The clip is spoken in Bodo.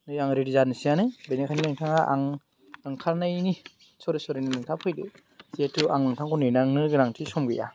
नै आं रेदि जानोसैआनो बिनिखायनो नोंथाङा आं ओंखारनायनि सरे सरे नोंथाङा फैदो जेथु आं नोंथांखौ नेनांनो गोनांथि सम गैया